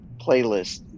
playlist